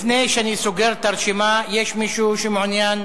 לפני שאני סוגר את הרשימה, יש מישהו שמעוניין?